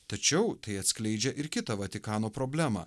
tačiau tai atskleidžia ir kitą vatikano problemą